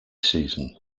season